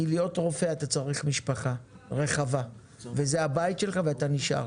כי להיות רופא אתה צריך משפחה רחבה וזה הבית שלך וזה נשאר.